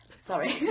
sorry